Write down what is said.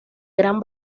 gran